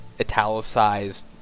italicized